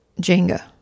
Jenga